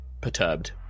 perturbed